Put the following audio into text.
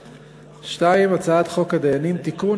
2. הצעת חוק הדיינים (תיקון,